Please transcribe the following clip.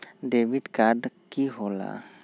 Debit card की होला?